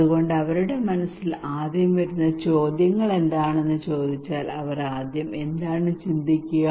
അതുകൊണ്ട് അവരുടെ മനസ്സിൽ ആദ്യം വരുന്ന ചോദ്യങ്ങൾ ഏതാണെന്ന് ചോദിച്ചാൽ അവർ ആദ്യം എന്താണ് ചിന്തിക്കുക